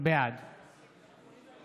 בעד צחי הנגבי, אינו נוכח